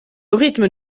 rythme